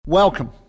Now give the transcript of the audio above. Welcome